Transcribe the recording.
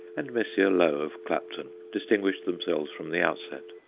and messrs. low of clapton distinguished themselves from the outset.